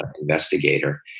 investigator